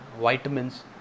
vitamins